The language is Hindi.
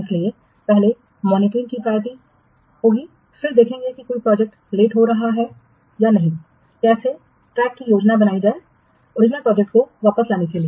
इसलिए पहले मॉनिटरिंगको प्रायोरिटी देगा फिर देखेगा कि कोई प्रोजेक्ट लेट हो रहा है या नहीं कैसे ट्रैक की योजना बनाई प्रोजेक्ट को वापस पाने के लिए ओरिजिनल टारगेट के लिए